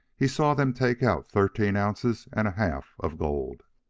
he saw them take out thirteen ounces and a half of gold.